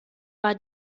war